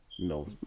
No